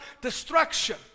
destruction